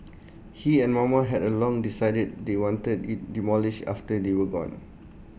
he and mama had A long decided they wanted IT demolished after they were gone